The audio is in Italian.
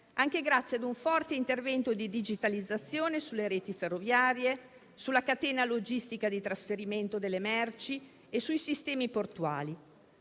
anche grazie ad un forte intervento di digitalizzazione sulle reti ferroviarie, sulla catena logistica di trasferimento delle merci e sui sistemi portuali,